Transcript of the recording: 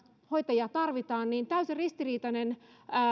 hoitajia tarvitaan niin täysin ristiriitainen